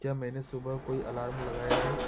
क्या मैंने सुबह का कोई अलार्म लगाया है